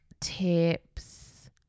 tips